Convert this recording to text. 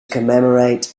commemorate